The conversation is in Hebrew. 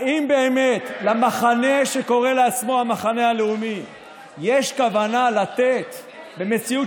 האם באמת למחנה שקורה לעצמו המחנה הלאומי יש כוונה לתת במציאות